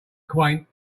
quaint